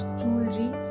jewelry